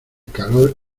calor